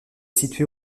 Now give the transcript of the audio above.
située